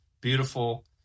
beautiful